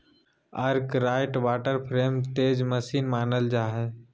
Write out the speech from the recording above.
Arkwright water frame तेज machine मानल जा हई